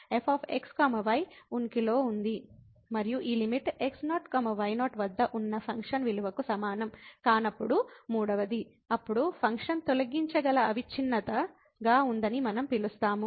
మరియు ఈ limit x0 y0 వద్ద ఉన్న ఫంక్షన్ విలువకు సమానం కానప్పుడు మూడవది ఫంక్షన్ తొలగించగల అవిచ్ఛిన్నతగా ఉందని మనం పిలుస్తాము